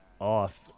off